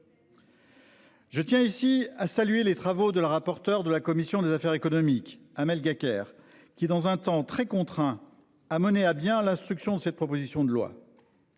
Je tiens ici à saluer les travaux de la rapporteur de la commission des affaires économiques Amel guéguerre qui dans un temps très contraint à mener à bien l'instruction cette proposition de loi.